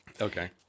Okay